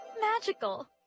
magical